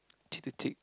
cheek to cheek